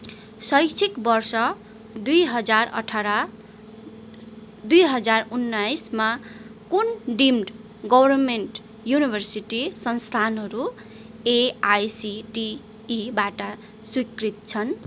शैक्षिक बर्ष दुई हजार अठार दुई हजार उन्नाइसमा कुन डिम्ड गौरोमेन्ट यनिभर्सिटी संस्थानहरू एआइसिटिईबाट स्वीकृत छन्